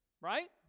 Right